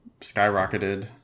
skyrocketed